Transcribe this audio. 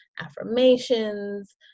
affirmations